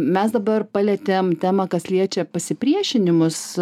mes dabar palietėm temą kas liečia pasipriešinimus